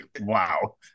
wow